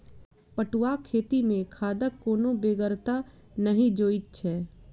पटुआक खेती मे खादक कोनो बेगरता नहि जोइत छै